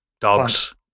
dogs